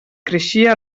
creixia